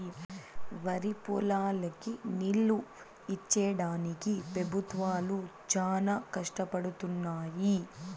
వరిపొలాలకి నీళ్ళు ఇచ్చేడానికి పెబుత్వాలు చానా కష్టపడుతున్నయ్యి